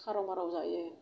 खाराव माराव जायो